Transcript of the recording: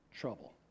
trouble